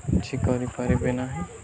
କିଛିି କରିପାରିବେ ନାହିଁ